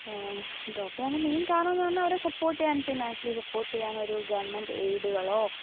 drop ചെയ്യാനുള്ള main കാരണമെന്നു പറഞ്ഞാൽ അവരെ സപ്പോർട്ട് ചെയ്യാൻ ഫിനാൻഷ്യലി സപ്പോർട്ട് ചെയ്യാൻ ഒരു ഗവൺമെൻ്റ് എയ്ഡുകളോ